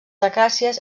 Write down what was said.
acàcies